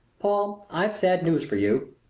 paul, i've sad news for you.